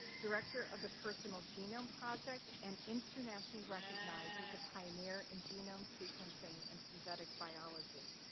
director of the personal genome project, and internationally recognized as a pioneer in genome sequencing and synthetic biology.